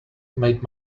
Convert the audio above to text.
made